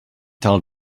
tell